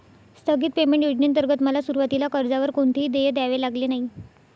स्थगित पेमेंट योजनेंतर्गत मला सुरुवातीला कर्जावर कोणतेही देय द्यावे लागले नाही